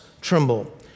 tremble